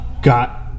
got